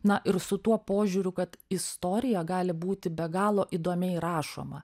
na ir su tuo požiūriu kad istorija gali būti be galo įdomiai rašoma